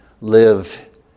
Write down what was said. live